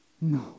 No